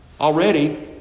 Already